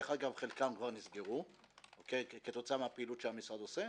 חלקן כבר נסגרו כתוצאה מהפעילות שהמשרד כבר עושה,